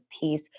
piece